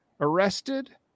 arrested